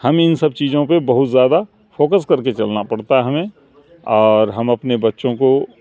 ہم ان سب چیزوں پہ بہت زیادہ فوکس کر کے چلنا پڑتا ہمیں اور ہم اپنے بچوں کو